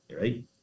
right